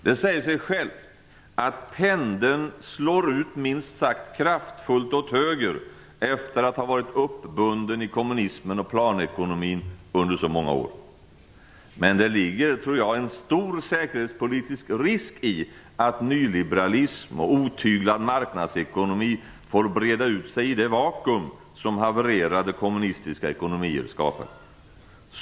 Det säger sig självt att pendeln slår ut minst sagt kraftfullt åt höger efter att ha varit uppbunden i kommunismen och planekonomin under så många år. Men det ligger, tror jag, en stor säkerhetspolitisk risk i att nyliberalism och otyglad marknadsekonomi får breda ut sig i det vakuum som havererade kommunistiska ekonomier skapat.